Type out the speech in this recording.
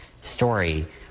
story